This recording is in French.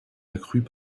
accrues